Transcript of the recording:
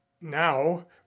now